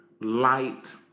light